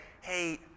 hey